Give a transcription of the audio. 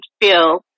feel